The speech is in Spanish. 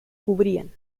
cubrían